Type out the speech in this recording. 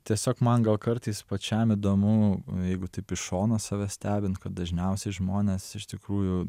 tiesiog man gal kartais pačiam įdomu jeigu taip iš šono save stebint kad dažniausiai žmonės iš tikrųjų